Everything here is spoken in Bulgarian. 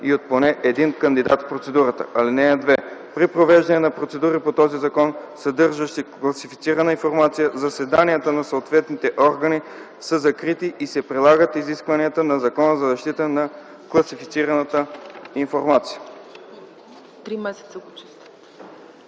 и от поне един кандидат в процедурата. (2) При провеждане на процедури по този закон, съдържащи класифицирана информация, заседанията на съответните органи са закрити и се прилагат изискванията на Закона за защита на класифицираната информация.” ПРЕДСЕДАТЕЛ